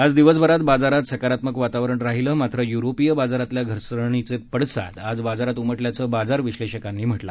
आज दिवसभरात बाजारात सकारात्मक वातावरण राहिलं मात्र य्रोपीय बाजारातल्या घसरणीचे पडसाद आज बाजारात उमटल्याचं बाजार विश्लेषकांनी सांगितलं